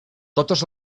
totes